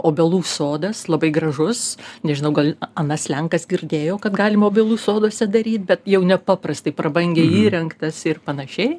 obelų sodas labai gražus nežinau gal anas lenkas girdėjo kad galima obelų soduose daryt bet jau nepaprastai prabangiai įrengtas ir panašiai